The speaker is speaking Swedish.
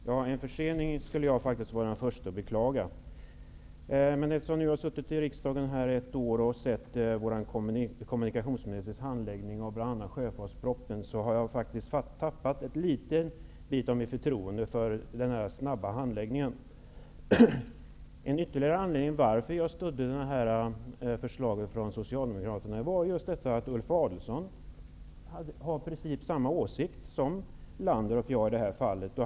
Herr talman! Jag skulle vara den förste att beklaga en försening. Jag har nu suttit i riksdagen ett år och sett vår kommunikationsministers handläggning av bl.a. sjöfartspropositionen. Jag har faktiskt tappat en del av mitt förtroende för att det skall bli en snabb handläggning. Ytterligare en anledning till att jag stödde förslaget från Socialdemokraterna var att Ulf Adelsohn i princip har samma åsikt som Jarl Lander och jag i detta fall.